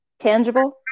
tangible